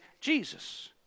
Jesus